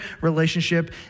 relationship